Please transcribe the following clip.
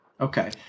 Okay